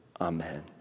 Amen